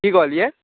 की कहलियै